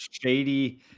shady